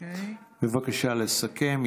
בהצבעה בבקשה לסכם.